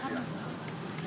עשרה מתנגדים,